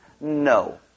No